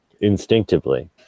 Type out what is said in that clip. instinctively